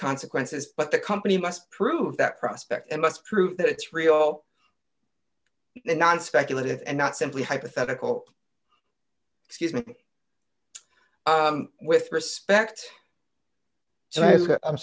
consequences but the company must prove that prospect and must prove that it's real not speculative and not simply hypothetical excuse me with respect so i said i'm